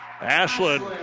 Ashland